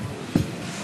אלו.